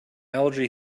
allergy